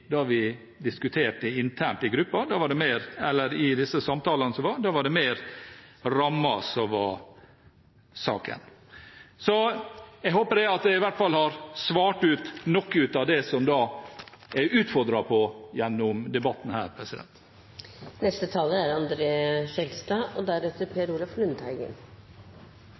i da vi diskuterte det internt i gruppen i de samtalene som var. Da var det mer rammen som var saken. Jeg håper at jeg i hvert fall har svart på noe av det jeg er blitt utfordret på gjennom debatten her. Det som overrasker meg mest i årets jordbruksoppgjør, er